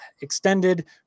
extended